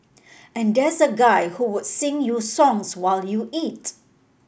and there's a guy who would sing you songs while you eat